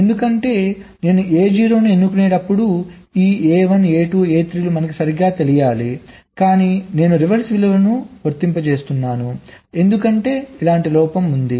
ఎందుకంటే నేను A0 ను ఎన్నుకునేటప్పుడు ఈ A1 A2 A3 మనకు సరిగ్గా తెలియాలి కాని నేను రివర్స్ విలువను వర్తింపజేస్తున్నాను ఎందుకంటే ఇలాంటి లోపం ఉంది